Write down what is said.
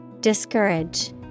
Discourage